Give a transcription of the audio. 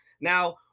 now